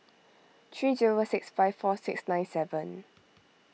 three zero a six five four six nine seven